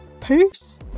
Peace